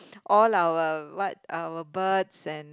all our what our birds and